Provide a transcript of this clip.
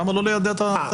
למה לא ליידע את הנישום?